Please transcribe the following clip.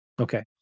Okay